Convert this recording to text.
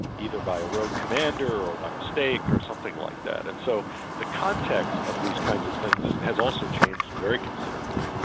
either by a rogue commander or by mistake or something like that. and so the context of these kinds of things has also changed very considerably.